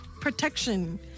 protection